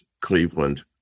Cleveland